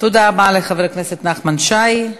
תודה רבה לחבר הכנסת נחמן שי.